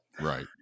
Right